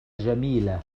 جميلة